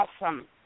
awesome